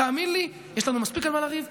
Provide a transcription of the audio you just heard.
תאמין לי, יש לנו מספיק על מה לריב,